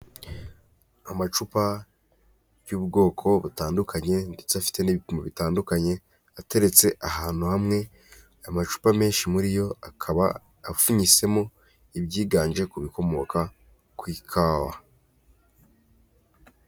Amacupa y'ubwoko butandukanye ndetse afite n'ibipimo bitandukanye, ateretse ahantu hamwe, amacupa menshi muri yo akaba apfunyisemo ibyiganje ku bikomoka ku ikawa.